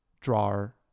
drawer